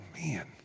man